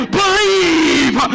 believe